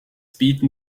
bieten